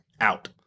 out